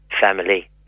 family